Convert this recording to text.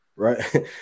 right